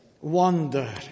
wonder